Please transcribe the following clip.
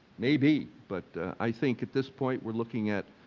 maybe. but i think at this point we're looking at,